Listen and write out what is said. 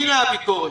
הינה הביקורת.